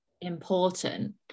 important